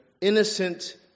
innocent